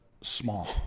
small